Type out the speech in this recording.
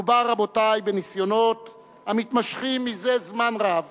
מדובר, רבותי, בניסיונות המתמשכים זה זמן רב